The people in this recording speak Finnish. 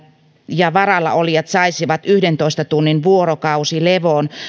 ja varalla olijat saisivat yhdentoista tunnin vuorokausilevon